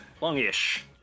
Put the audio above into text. Long-ish